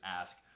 ask